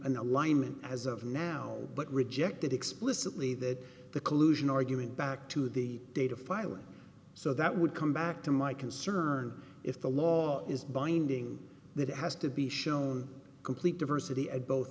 alignment as of now but rejected explicitly that the collusion argument back to the data filing so that would come back to my concern if the law is binding that it has to be shown complete diversity and both